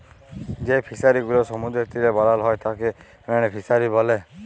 যেই ফিশারি গুলো সমুদ্রের তীরে বানাল হ্যয় তাকে মেরিন ফিসারী ব্যলে